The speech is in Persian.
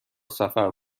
سفر